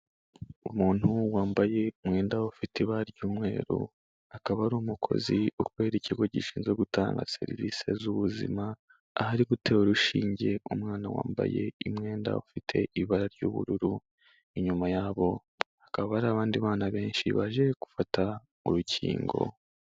Umuntu wambaye umwenda ufite ibara ry'umweru, akaba ari umukozi ukorera ikigo gishinzwe gutanga serivisi z'ubuzima, aho ari gutera urushinge umwana wambaye umwenda ufite ibara ry'ubururu, inyuma yabo hakaba hari abandi bana benshi baje gufata urukingo.